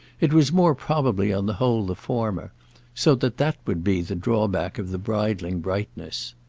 it was more probably on the whole the former so that that would be the drawback of the bridling brightness.